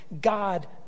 God